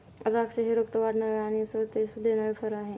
द्राक्षे हे रक्त वाढवणारे आणि सतेज देणारे फळ आहे